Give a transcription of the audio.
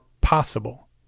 possible